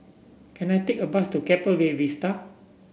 can I take a bus to Keppel Bay Vista